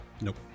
nope